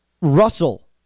Russell